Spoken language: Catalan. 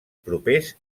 propers